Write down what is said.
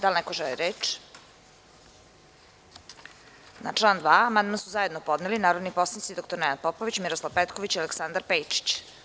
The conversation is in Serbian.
Da li neko želi reče? (Ne.) Na član 2. amandman su zajedno podneli narodni poslanici dr Nenad Popović, Miroslav Petković i Aleksandar Pejčić.